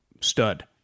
Stud